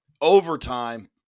Overtime